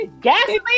gasoline